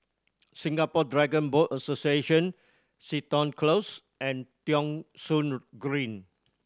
Singapore Dragon Boat Association Seton Close and Thong Soon Green